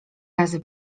razy